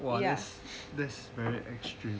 !wah! that's that's very extreme